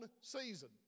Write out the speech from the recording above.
season